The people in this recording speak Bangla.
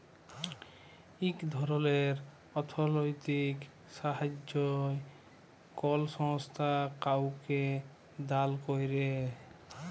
ইক ধরলের অথ্থলৈতিক সাহাইয্য কল সংস্থা কাউকে দাল ক্যরে